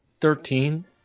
thirteen